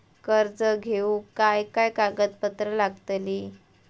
कर्ज घेऊक काय काय कागदपत्र लागतली?